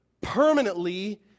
permanently